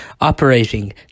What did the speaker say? operating